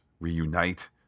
reunite